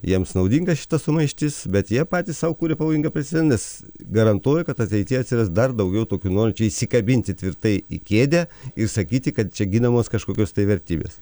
jiems naudinga šita sumaištis bet jie patys sau kuria pavojingą paceden nes garantuoju kad ateity atsiras dar daugiau tokių norinčių įsikabinti tvirtai į kėdę ir sakyti kad čia ginamos kažkokios vertybės